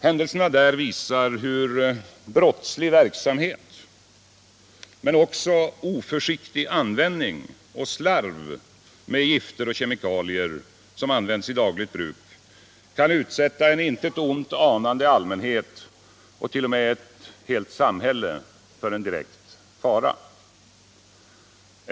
Händelserna där visar hur brottslig verksamhet — men också oförsiktig användning och slarv med gifter och kemikalier som används i dagligt bruk — kan utsätta en intet ont anande allmänhet och t.o.m. ett helt samhälle för direkt fara.